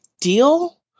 deal